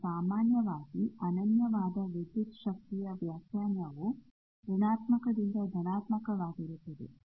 ಮತ್ತು ಸಾಮಾನ್ಯವಾಗಿ ಅನನ್ಯವಾದ ವಿದ್ಯುತ್ ಶಕ್ತಿಯ ವ್ಯಾಖ್ಯಾನವು ಋಣಾತ್ಮಕದಿಂದ ಧನಾತ್ಮಕವಾಗಿರುತ್ತದೆ